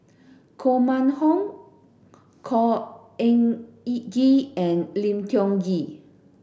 Koh Mun Hong Khor Ean Ghee and Lim Tiong Ghee